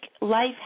life